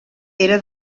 era